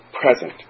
present